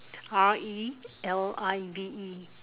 R E L I V E